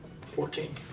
Fourteen